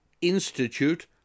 Institute